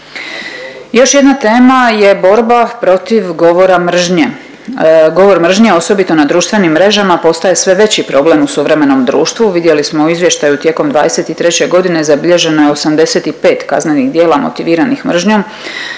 Još jedna tema je borba protiv govora mržnje. Govor mržnje, osobito na društvenim mrežama postaje sve veći problem u suvremenom društvu, vidjeli smo u izvještaju, tijekom '23. g. zabilježeno je 85 kaznenih djela motiviranih mržnjom,